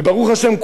וברוך השם,